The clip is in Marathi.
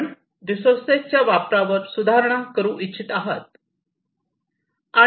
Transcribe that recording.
आपण रिसोर्सेसच्या वापरावर सुधारणा करू इच्छित आहात